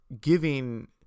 giving